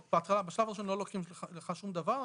בשלב הראשון לא לוקחים לך שום דבר,